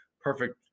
Perfect